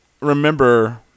remember